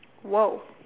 !whoa!